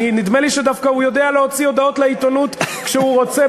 נדמה לי שהוא דווקא יודע להוציא הודעות לעיתונות כשהוא רוצה,